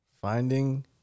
finding